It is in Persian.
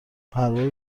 پرواز